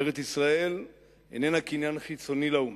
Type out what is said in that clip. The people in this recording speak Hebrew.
ארץ-ישראל איננה קניין חיצוני לאומה,